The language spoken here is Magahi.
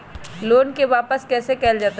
लोन के वापस कैसे कैल जतय?